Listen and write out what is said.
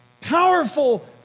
powerful